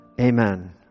Amen